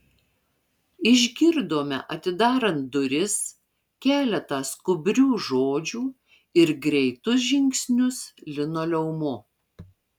išgirdome atidarant duris keletą skubrių žodžių ir greitus žingsnius linoleumu